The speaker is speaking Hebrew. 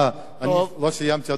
לא סיימתי, אדוני היושב-ראש.